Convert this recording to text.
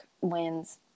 wins